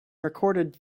recorded